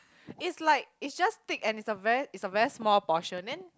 is like is just thick and is a very is a very small portion then